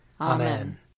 Amen